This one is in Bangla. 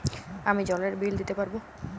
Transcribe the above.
আমি জলের বিল দিতে পারবো?